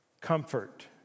Comfort